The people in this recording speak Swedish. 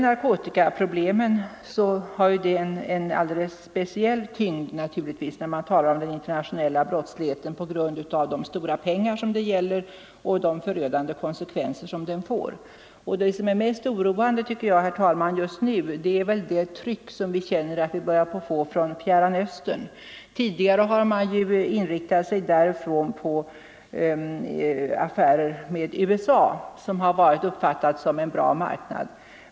Narkotikaproblemen har en alldeles speciell tyngd när man talar om den internationella brottsligheten på grund av de stora pengar som det gäller och de förödande konsekvenser som hanteringen får. Det som är mest oroande just nu, herr talman, tycker jag är det tryck som vi börjar känna av från Fjärran Östern. Tidigare har man därifrån inriktat sig på affärer med USA, som har uppfattats som en bra marknad.